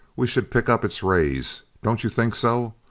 we should pick up its rays. don't you think so?